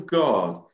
god